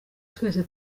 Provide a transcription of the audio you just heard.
twese